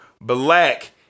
Black